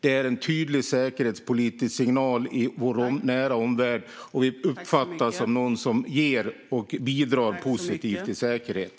Det är en tydlig säkerhetspolitisk signal till vår nära omvärld, och vi uppfattas som någon som ger och bidrar positivt till säkerhet.